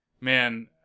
Man